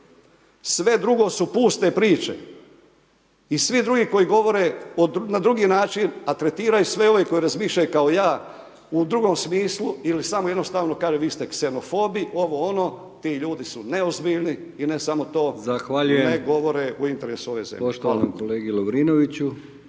Sve druge su puste priče. I svi drugi koji govore, na drugi način, a tretiraju sve ove koji razmišljaju kao ja u drugom smislu ili samo jednostavno kažem, vi ste ksenofobi, ovo, ono, ti ljudi su neozbiljni i ne samo to, ne govore u interesu ove zemlje.